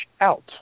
out